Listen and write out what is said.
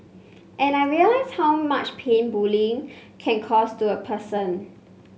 and I realised how much pain bullying can cause to a person